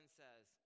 says